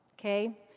Okay